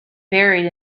buried